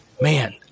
man